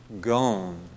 gone